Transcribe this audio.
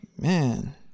Man